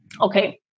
Okay